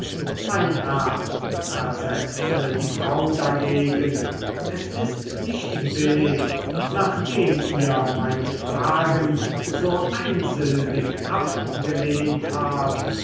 mein herr versetzte die frau dagegen es ist nicht billig nachdem ihr meine fragen so einsilbig abgelehnt habt